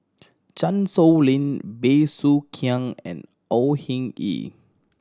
Chan Sow Lin Bey Soo Khiang and Au Hing Yee